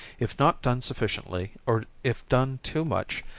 if not done sufficiently, or if done too much,